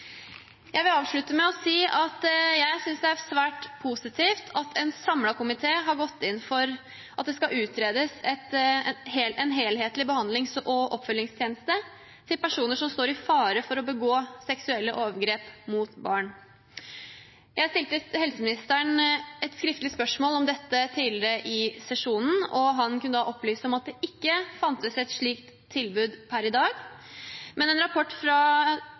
Jeg vil avslutte med å si at jeg synes det er svært positivt at en samlet komité har gått inn for at det skal utredes en helhetlig behandlings- og oppfølgingstjeneste for personer som står i fare for å begå seksuelle overgrep mot barn. Jeg stilte helseministeren et skriftlig spørsmål om dette tidligere i sesjonen, og han kunne da opplyse om at det ikke fantes et slikt tilbud per i dag. I en rapport fra